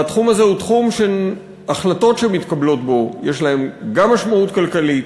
התחום הזה הוא תחום שהחלטות שמתקבלות בו יש להן גם משמעות כלכלית,